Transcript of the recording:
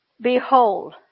Behold